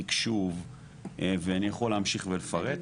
תקשור ואני יכול להמשיך ולפרט,